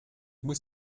muss